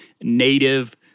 Native